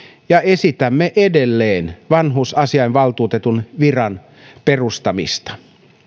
ja esitämme edelleen vanhusasiainvaltuutetun viran perustamista